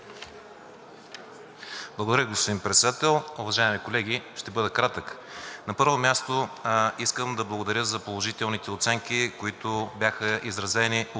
Благодаря, господин Председател. Уважаеми колеги, ще бъда кратък. На първо място, искам да благодаря за положителните оценки, които бяха изразени от